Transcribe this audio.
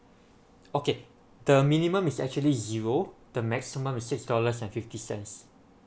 okay the minimum is actually zero the maximum is six dollars and fifty cents